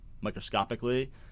microscopically